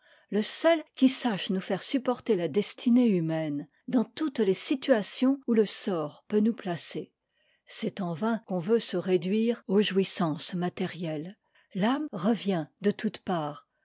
le seul qui sache nous faire supporter la destinée humaine dans toutes les situations où le sort peut nous placer c'est en vain qu'on veut se réduire aux jouissances matériehes l'âme revient de toutes parts